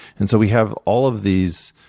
and so we have all of these